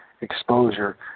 exposure